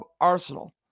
Arsenal